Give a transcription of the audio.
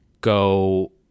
go